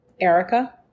Erica